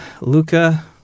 Luca